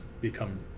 become